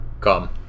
Come